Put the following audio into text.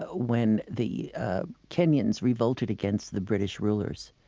ah when the ah kenyans revolted against the british rulers.